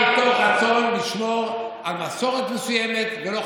רצון לשמור על מסורת מסוימת ולא,